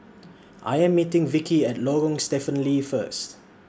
I Am meeting Vickie At Lorong Stephen Lee First